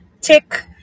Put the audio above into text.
tick